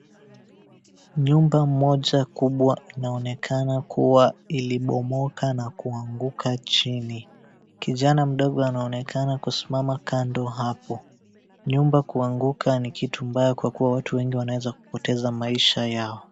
Nyumba moja kubwa inaonekana kuwa ilibomoka na kuanguka chini. Kijana mdogo anaonekana kusimama kando hapo. Nyumba kuanguka ni kitu mbaya kwa kuwa watu watu wengi wanaeza poteza maisha yao.